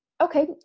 Okay